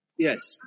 Yes